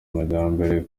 amajyambere